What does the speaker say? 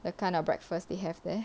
the kind of breakfast they have there